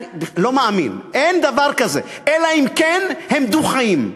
אני לא מאמין, אין דבר כזה, אלא אם כן הם דו-חיים,